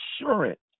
assurance